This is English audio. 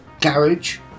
Garage